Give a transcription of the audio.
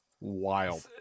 Wild